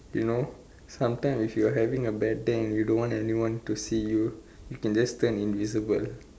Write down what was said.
you know sometime if you're having a bad day and you don't want anyone to see you you can just turn invisible